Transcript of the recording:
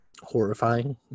horrifying